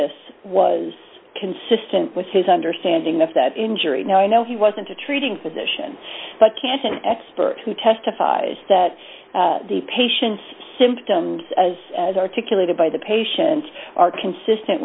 neuritis was consistent with his understanding of that injury now i know he wasn't a treating physician but can't an expert who testifies that the patient's symptoms as as articulated by the patient are consistent